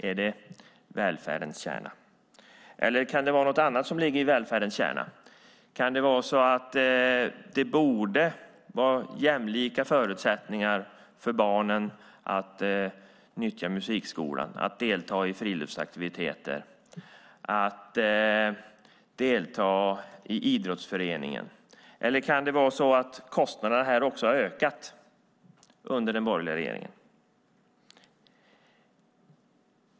Är det välfärdens kärna? Eller kan det vara något annat som ligger i välfärdens kärna? Kan det vara så att det borde vara jämlika förutsättningar för barnen att nyttja musikskolan, att delta i friluftsaktiviteter, att delta i idrottsföreningen? Och kan det vara så att kostnaderna också här har ökat under den borgerliga regeringen?